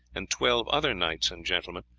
and twelve other knights and gentlemen,